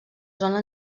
zona